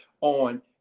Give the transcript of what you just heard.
on